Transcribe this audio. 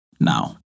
Now